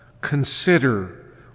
Consider